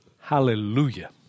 Hallelujah